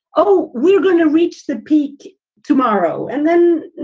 oh, we're going to reach the peak tomorrow. and then,